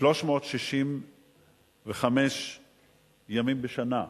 365 ימים בשנה,